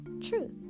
truth